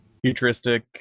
futuristic